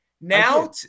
Now